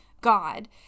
God